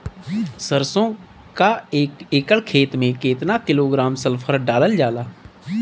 सरसों क एक एकड़ खेते में केतना किलोग्राम सल्फर डालल जाला?